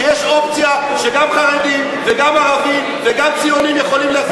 שיש אופציה שגם חרדים וגם ערבים וגם ציונים יכולים להסכים אתה?